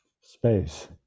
space